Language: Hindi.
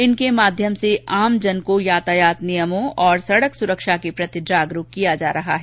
उनके माध्यम से आमजन को यातायात नियमों और सड़क सुरक्षा के प्रति जागरूक किया जा रहा है